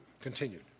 continued